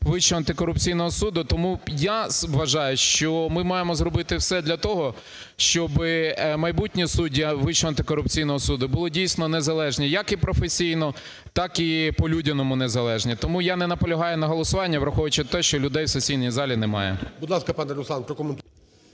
Вищого антикорупційного суду. Тому, я вважаю, що ми маємо зробити все для того, щоби майбутні судді Вищого антикорупційного суду були, дійсно, незалежні як і професійно, так і по-людяному незалежні. Тому я не наполягаю на голосуванні, враховуючи те, що людей в сесійній залі немає.